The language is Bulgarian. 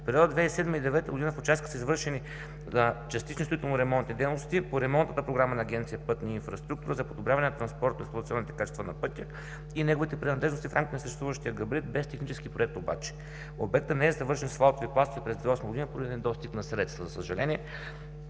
В период 2007 – 2009 г. в участъка са извършени частични строително-ремонтни дейности по ремонтната програма на Агенция „Пътна инфраструктура“ за подобряване на транспортно-експлоатационните качества на пътя и неговите принадлежности в рамките на съществуващия габарит без технически проект обаче. Обектът не е завършен с асфалтови пластове през 2008 г. поради недостиг на средства, за съжаление.